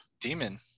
demon